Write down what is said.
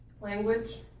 language